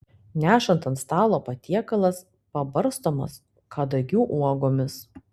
nešant ant stalo patiekalas pabarstomas kadagių uogomis